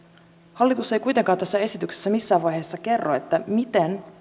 hallitus ei kuitenkaan tässä esityksessä missään vaiheessa kerro miten